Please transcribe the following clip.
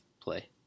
play